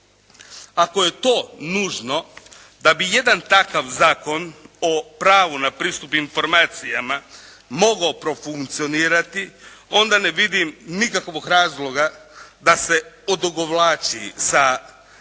Ako je to nužno da bi jedan takav zakon o pravu na pristup informacijama mogao profunkcionirati onda ne vidim nikakvog razloga da se odugovlači sa tim